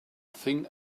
think